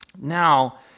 now